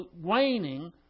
waning